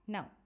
Now